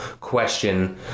question